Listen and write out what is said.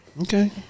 Okay